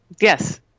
yes